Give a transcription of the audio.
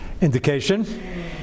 indication